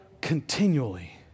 continually